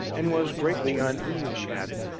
and was greatly uneasy at it,